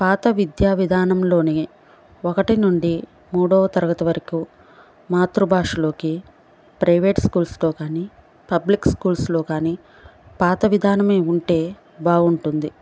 పాత విద్యా విధానంలోనే ఒకటి నుండి మూడవ తరగతి వరకు మాతృభాషలోకి ప్రైవేట్ స్కూల్స్లో కానీ పబ్లిక్ స్కూల్స్లో కానీ పాత విధానమే ఉంటే బాగుంటుంది